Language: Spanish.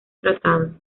tratado